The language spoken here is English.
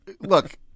look